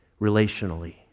relationally